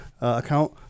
account